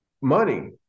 money